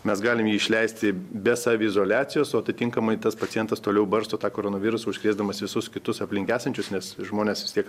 mes galim jį išleisti be saviizoliacijos o atitinkamai tas pacientas toliau barsto tą koronavirusą užkrėsdamas visus kitus aplink esančius nes žmonės vis tiek